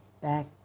back